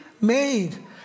made